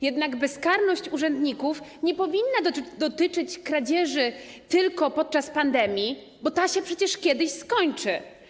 Jednak bezkarność urzędników nie powinna dotyczyć kradzieży tylko podczas pandemii, bo ta się przecież kiedyś skończy.